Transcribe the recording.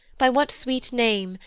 by what sweet name,